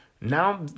Now